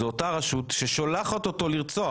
זאת אותה רשות ששולחת אותו לרצוח.